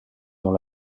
dans